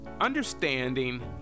understanding